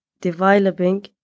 developing